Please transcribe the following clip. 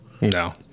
No